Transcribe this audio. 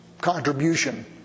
contribution